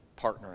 partnering